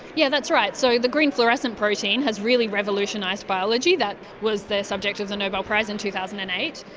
yeah that's right. so the green fluorescent protein has really revolutionised biology, that was the subject of the nobel prize in two thousand and eight.